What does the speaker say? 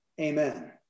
Amen